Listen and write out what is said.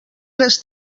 les